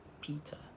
Peter